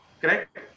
correct